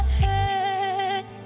head